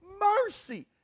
mercy